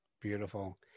Beautiful